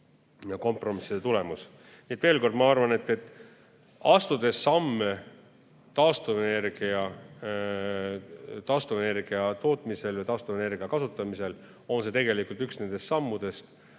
kompromisside tulemus. Veel kord, ma arvan, et astudes samme taastuvenergia tootmisel või kasutamisel, on see tegelikult üks nendest sammudest